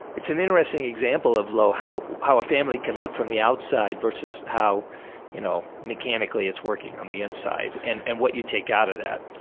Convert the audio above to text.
it's an interesting example of, though, how how a family can look from the outside versus how you know mechanically it's working on the inside, and and what you take out of that.